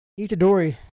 Itadori